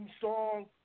song